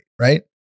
right